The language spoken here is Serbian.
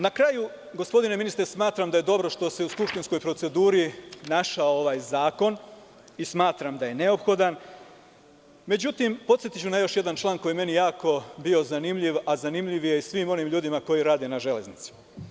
Na kraju, gospodine ministre, smatram da je dobro što se u skupštinskoj proceduri našao ovaj zakon, i smatram da je neophodan, međutim, podsetiću na još jedan član koji je meni jako bio zanimljiv, a zanimljiv je i svim onim ljudima koji rade na Železnici.